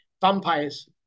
Vampires